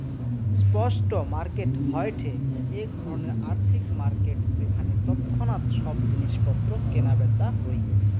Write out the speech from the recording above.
spot market হয়ঠে এক ধরণের আর্থিক মার্কেট যেখানে তৎক্ষণাৎ সব জিনিস পত্র কেনা বেচা হই